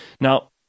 Now